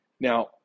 Now